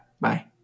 Bye